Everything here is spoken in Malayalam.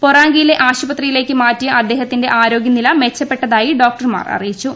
പൊറാങ്കിയിലെ ആശുപത്രിയിലേക്ക് മാറ്റിയ അദ്ദേഹത്തിന്റെ ആരോഗ്യനില മെച്ചപ്പെട്ടതായി ഡോക്ടർമാർ അറിയിച്ചു